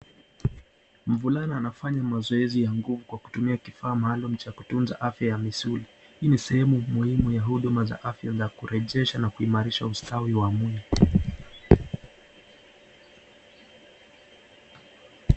Mvulana anafanya mazoezi ya mguu kwa kutumia kifaa maalum cha kutunza afya ya misuli, hii ni sehemu muhimu ya huduma za afya za kurejesha na kuimarisha ustawi wa mwili.